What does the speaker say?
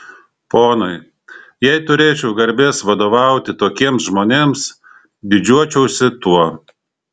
ponai jei turėčiau garbės vadovauti tokiems žmonėms didžiuočiausi tuo